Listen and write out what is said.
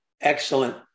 excellent